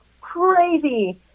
crazy